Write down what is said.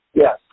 Yes